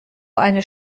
eine